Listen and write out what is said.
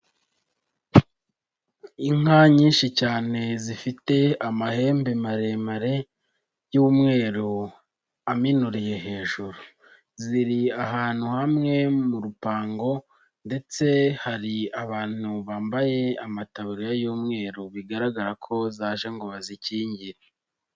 Inka nyinshi cyane zifite amahembe maremare y'umweru aminuriye hejuru. Ziri ahantu hamwe mu rupango ndetse hari abantu bambaye amatabu y'umweru bigaragara ko zaje ngo bazikingire.